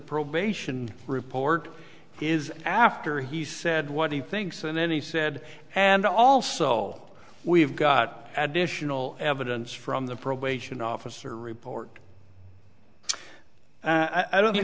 probation report is after he said what he thinks and then he said and also we've got additional evidence from the probation officer report i don't think